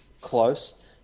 close